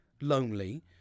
lonely